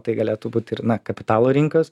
tai galėtų būt ir na kapitalo rinkos